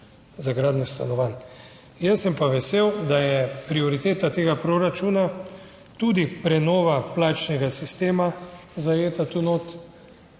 za gradnjo stanovanj. Jaz sem pa vesel, da je prioriteta tega proračuna, tudi prenova plačnega sistema zajeta tu notri.